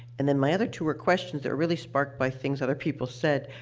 and then, my other two were questions that were really sparked by things other people said.